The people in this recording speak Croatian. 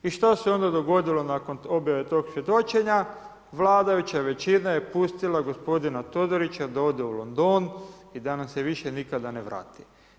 I što se onda dogodilo nakon objave tog svjedočenja, vladajuća većina je pustila gospodina Todorića da ode u London i da nam se više nikada ne vrati.